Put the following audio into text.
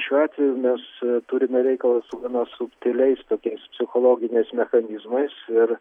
šiuo atveju mes turime reikalą su gana subtiliais tokiais psichologiniais mechanizmais ir